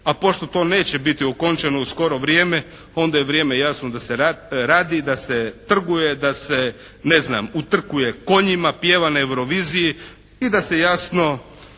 a pošto to neće biti okončano u skoro vrijeme onda je vrijeme jasno da se radi, da se trguje da se ne znam utrkuje konjima, pjeva na Euroviziji i da se jasno